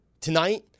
tonight